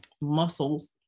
muscles